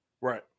Right